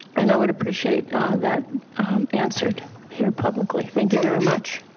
and i would appreciate that answered here publicly. thank you very much.